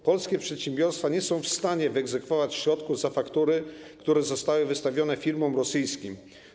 Polskie przedsiębiorstwa nie są w stanie wyegzekwować środków za faktury, które zostały wystawione firmom rosyjskim.